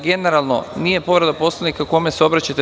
Generalno, nije povreda Poslovnika kome se obraćate.